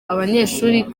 abanyeshuri